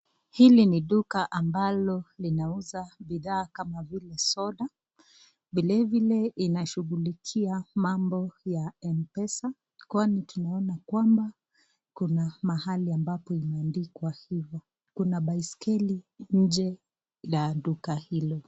Hili ni duka ambalo linauza bidhaa kama vile soda vile vile inashughulikia mambo ya mpesa kwani tunaona kwamba kuna mahali ambapo limeandikwa hivyo kuna baiskeli nje ya duka hilo.